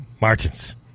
Martins